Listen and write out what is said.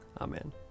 Amen